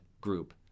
group